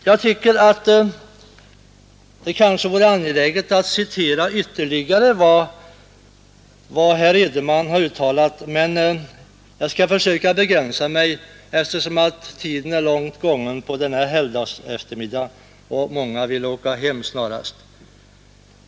Det vore kanske angeläget att citera hela Edenmans uttalande, men jag skall försöka begränsa mig, eftersom tiden är långt liden denna helgdagsafton och många vill åka hem snarast.